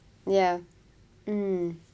ya mm